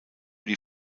die